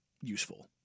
useful